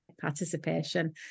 participation